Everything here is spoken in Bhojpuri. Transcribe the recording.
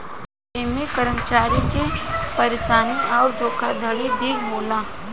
ऐमे कर्मचारी के परेशानी अउर धोखाधड़ी भी होला